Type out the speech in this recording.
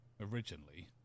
originally